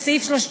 את סעיף